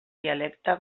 dialecte